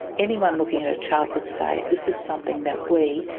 anyone looking at a child would say this is something that we,